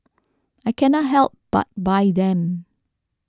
I cannot help but buy them